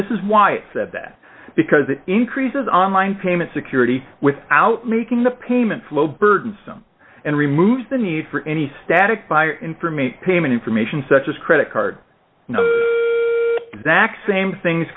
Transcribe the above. this is why it said that because it increases online payment security without making the payment flow burdensome and removes the need for any static buyer information payment information such as credit card exact same things